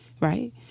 right